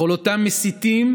לכל אותם מסיתים,